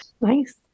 Nice